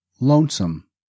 lonesome